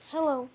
Hello